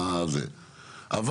אבל,